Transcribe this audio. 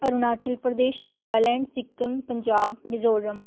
Arunachal Pradesh Nagaland Sikkim Punjab Mizoram